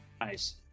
Nice